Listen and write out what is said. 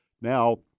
Now